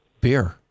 beer